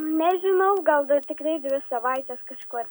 nežinau gal dar tikrai dvi savaites kažkur